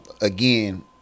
again